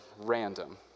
random